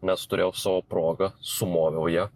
nes turėjau savo progą sumoviau ją